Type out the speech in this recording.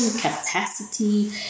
capacity